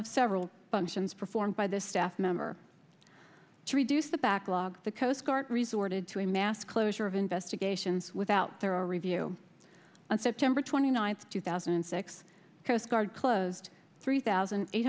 of several functions performed by this staff member to reduce the backlog the coast guard resorted to a mass closure of investigations without there are review on september twenty ninth two thousand and six coast guard closed three thousand eight